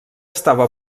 estava